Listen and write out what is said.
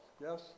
Yes